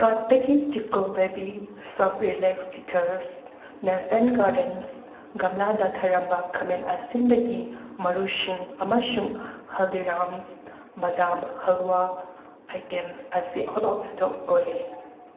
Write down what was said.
ꯀꯥꯔꯠꯇꯒꯤ Chicco baby soft relax teethers natural gardens ꯒꯝꯂꯥꯗ ꯊꯥꯔꯝꯕ ꯈꯥꯃꯦꯟ ꯑꯁꯤꯟꯕꯒꯤ ꯃꯔꯨꯁꯤꯡ ꯑꯃꯁꯨꯡ ꯍꯜꯗꯤꯔꯥꯝꯁ ꯕꯗꯥꯝ ꯍꯜꯋꯥ ꯑꯥꯏꯇꯦꯝ ꯑꯁꯤ ꯑꯥꯎꯠ ꯑꯣꯐ ꯏꯁꯇꯣꯛ ꯑꯣꯏꯔꯦ